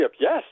Yes